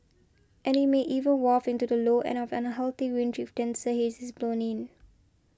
and it may even waft into the low end of the unhealthy range if denser haze is blown in